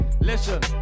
listen